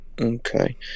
Okay